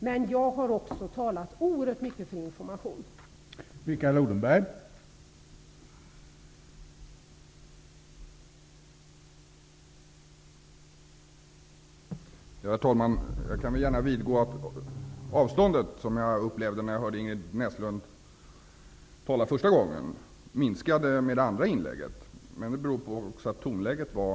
Men jag har också talat oerhört mycket för information i frågan.